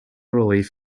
relief